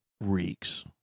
reeks